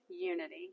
unity